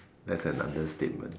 that's an understatement